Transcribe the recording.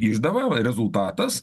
išdava va rezultatas